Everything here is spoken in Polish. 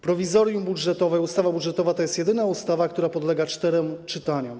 Prowizorium budżetowe, ustawa budżetowa to jest jedyna ustawa, która podlega czterem czytaniom.